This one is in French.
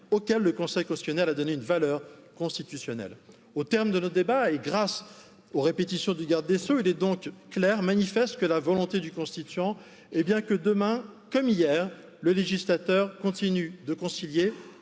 auquel le conseil castiel a donné une valeur constitutionnelle au terme de nos débats et grâce aux répétitions du garde des sceaux il est donc clair et manifeste que la volonté du constituant que, demain comme hier, le législateur continue de concilier